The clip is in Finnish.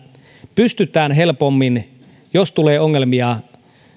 pystytään helpommin jos tulee ongelmia